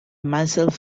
myself